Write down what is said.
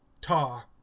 Ta